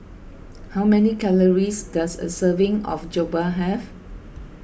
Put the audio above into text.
how many calories does a serving of Jokbal have